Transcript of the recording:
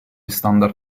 standard